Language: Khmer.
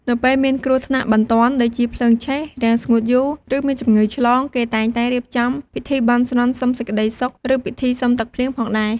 នៅពេលមានគ្រោះថ្នាក់បន្ទាន់ ដូចជាភ្លើងឆេះ រាំងស្ងួតយូរ ឬមានជំងឺឆ្លង គេតែងតែរៀបចំពិធីបន់ស្រន់សុំសេចក្តីសុខឬពិធីសុំទឹកភ្លៀងផងដែរ។